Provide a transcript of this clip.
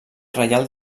reial